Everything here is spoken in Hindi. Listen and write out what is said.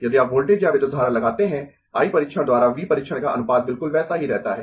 यदि आप वोल्टेज या विद्युत धारा लगाते है I परीक्षण द्वारा V परीक्षण का अनुपात बिल्कुल वैसा ही रहता है